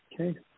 Okay